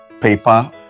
paper